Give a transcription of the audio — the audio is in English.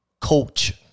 Coach